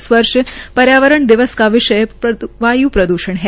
इस वर्ष पर्यावरण दिवस का विषय वाय् प्रद्रषण है